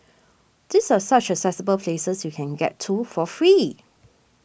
these are such accessible places you can get to for free